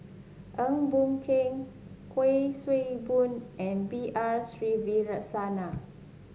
Eng Boh Kee Kuik Swee Boon and B R Sreenivasan